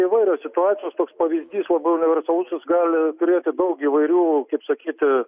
įvairios situacijos toks pavyzdys universalus jis gali turėti daug įvairių kaip sakyti